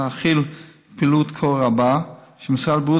מלהכיל פעילות כה רבה שמשרד הבריאות